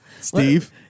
Steve